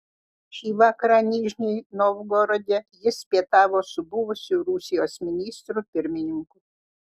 šį vakarą nižnij novgorode jis pietavo su buvusiu rusijos ministru pirmininku